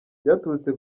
byaturutse